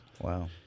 Wow